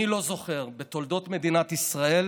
אני לא זוכר בתולדות מדינת ישראל